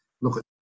look